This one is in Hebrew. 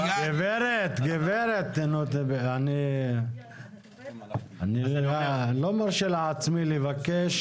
גברת, אני לא מרשה לעצמי לבקש